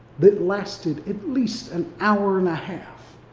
that lasted at least an hour and a half.